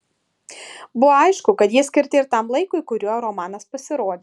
buvo aišku kad jie skirti ir tam laikui kuriuo romanas pasirodė